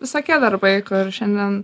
visokie darbai kur šiandien